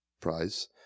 Prize